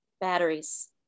batteries